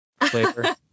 flavor